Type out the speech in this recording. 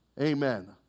Amen